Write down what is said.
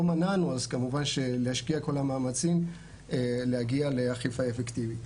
מנענו אז להשקיע את כל המאמצים כדי להגיע לאכיפה אפקטיבית.